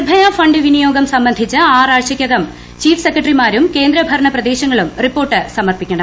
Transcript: Nirbhaya fund വിനിയോഗം സംബന്ധിച്ച് ആറാഴ്ചയ്ക്കകം ചീഫ് സെക്രട്ടറിമാരും കേന്ദ്ര ഭരണ പ്രദേശങ്ങളും റിപ്പോർട്ട് സമർപ്പിക്കണം